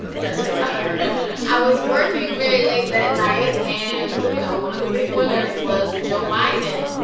does feel like a year ago i was working very late that night, and, you know, one of the big winners was joe biden.